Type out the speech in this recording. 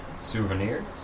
souvenirs